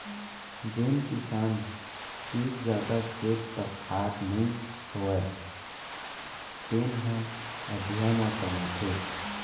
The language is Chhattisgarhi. जेन किसान तीर जादा खेत खार नइ होवय तेने ह अधिया म कमाथे